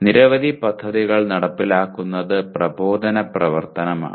നിരവധി പദ്ധതികൾ നടപ്പിലാക്കുന്നത് പ്രബോധന പ്രവർത്തനമാണ്